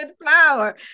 flower